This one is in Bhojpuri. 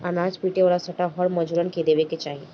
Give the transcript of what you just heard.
अनाज पीटे वाला सांटा हर मजूरन के देवे के चाही